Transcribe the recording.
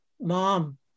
mom